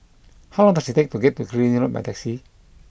how long does it take to get to Killiney Road by taxi